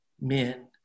men